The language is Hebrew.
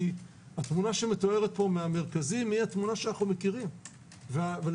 כי התמונה המתוארת פה מהמרכזים היא התמונה שאנו מכירים ולצערנו